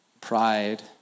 Pride